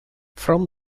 from